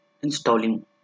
installing